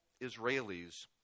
Israelis